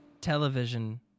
Television